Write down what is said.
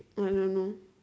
no no no